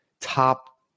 top